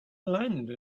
land